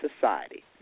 society